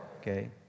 okay